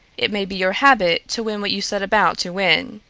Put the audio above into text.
it may be your habit to win what you set about to win.